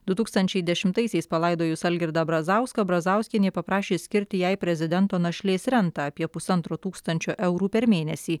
du tūkstančiai dešimtaisiais palaidojus algirdą brazauską brazauskienė paprašė skirti jai prezidento našlės rentą apie pusantro tūkstančio eurų per mėnesį